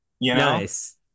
Nice